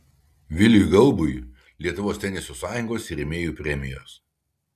viliui gaubui lietuvos teniso sąjungos ir rėmėjų premijos